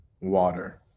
water